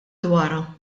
dwarha